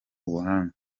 ubuhanga